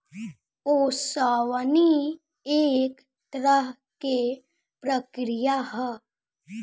ओसवनी एक तरह के प्रक्रिया ह